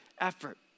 effort